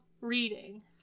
reading